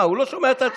הוא לא שומע את עצמו.